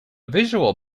visual